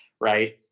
right